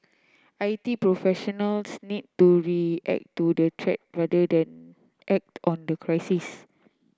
I T professionals need to react to the threat rather than act on the crisis